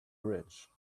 rich